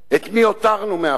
את מי הותרנו מאחור,